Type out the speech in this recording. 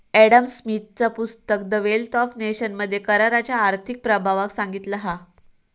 Adam स्मिथचा पुस्तक the wealth of nation मध्ये कराच्या आर्थिक प्रभावाक सांगितला हा